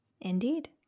indeed